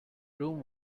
room